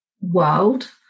world